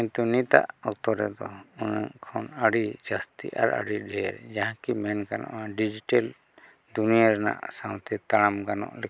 ᱠᱤᱱᱛᱩ ᱱᱤᱛᱟᱜ ᱚᱠᱛᱚ ᱨᱮᱫᱚ ᱚᱱᱟ ᱠᱷᱚᱱ ᱟᱹᱰᱤ ᱡᱟᱹᱥᱛᱤ ᱟᱨ ᱟᱹᱰᱤ ᱰᱷᱮᱹᱨ ᱡᱟᱦᱟᱸ ᱠᱤ ᱢᱮᱱ ᱜᱟᱱᱚᱜᱼᱟ ᱰᱤᱡᱤᱴᱮᱞ ᱫᱩᱱᱭᱟᱹ ᱨᱮᱱᱟᱜ ᱥᱟᱶᱛᱮ ᱛᱟᱲᱟᱢ ᱜᱟᱱᱚᱜ ᱞᱮᱠᱟᱱ